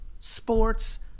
sports